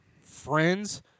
friends